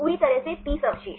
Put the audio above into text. पूरी तरह से 30 अवशेष